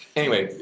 anyway,